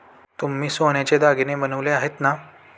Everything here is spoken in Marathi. तुम्ही सोन्याचे दागिने बनवले आहेत ना?